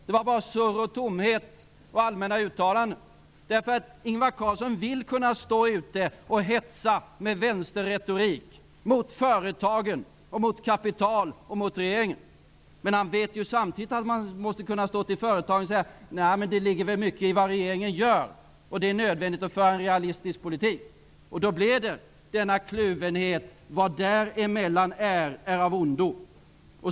Det var bara surr, tomhet och allmänna uttalanden, därför att Ingvar Carlsson vill kunna stå där ute och hetsa med vänsterretorik mot företagen, mot kapitalet och mot regeringen. Men han vet samtidigt att man måste kunna säga till företagen: Nej, men det ligger väl mycket i vad regeringen gör. Det är nödvändigt att föra en realistisk politik. Och då blev det denna kluvenhet -- vad däremellan är är av ondo.